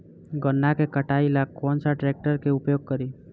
गन्ना के कटाई ला कौन सा ट्रैकटर के उपयोग करी?